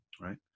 right